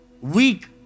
Weak